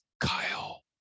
Kyle